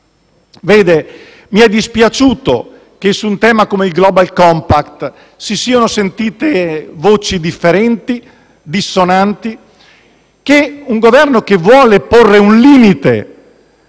Mi è dispiaciuto che, su un tema come il Global compact, si siano sentite voci differenti, dissonanti, e che un Governo che vuole porre un limite